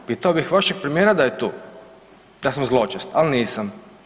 Pitao bih vašeg premijera da je tu, da sam zločest, al nisam.